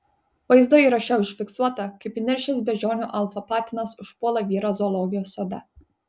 vaizdo įraše užfiksuota kaip įniršęs beždžionių alfa patinas užpuola vyrą zoologijos sode